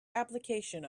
application